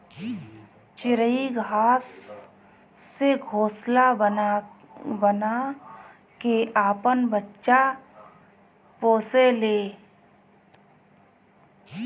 चिरई घास से घोंसला बना के आपन बच्चा पोसे ले